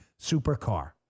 supercar